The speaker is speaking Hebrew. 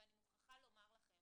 ואני מוכרחה לומר לכם